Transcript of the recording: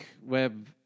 web